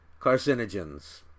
carcinogens